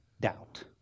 doubt